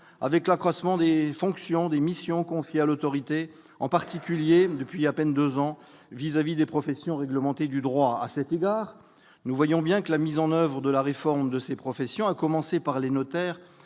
avec l'accroissement des fonctions des missions confiées à l'autorité, en particulier, depuis il y à peine 2 ans vis-à-vis des professions réglementées du droit à cette idée, nous voyons bien que la mise en oeuvre de la réforme de ces professions, à commencer par les notaires